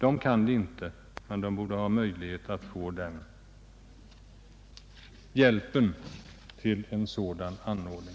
Även de handikappade borde ges möjlighet till en sådan anordning.